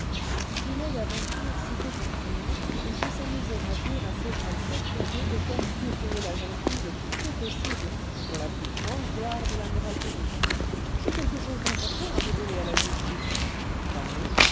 s'il est d'aventure cité comme témoin il peut s'amuser à dire à ces gens très-curieux de faire guillotiner la jeune fille le plus tôt possible pour la plus grande gloire de la morale publique j'ai quelque chose d'important à révéler à la justice parlez